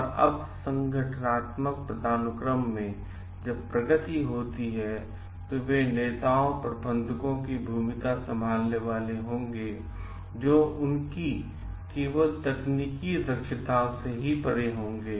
और जब संगठनात्मक पदानुक्रम में प्रगति होती है वे नेताओं प्रबंधकों की भूमिका संभालने वाले होंगे जो उनकी केवल तकनीकी दक्षताओं से परे होंगे